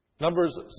Numbers